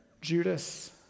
Judas